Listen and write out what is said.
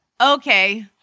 Okay